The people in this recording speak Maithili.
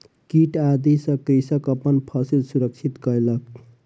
कीट आदि सॅ कृषक अपन फसिल सुरक्षित कयलक